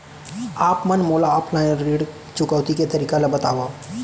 आप मन मोला ऑफलाइन ऋण चुकौती के तरीका ल बतावव?